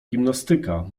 gimnastyka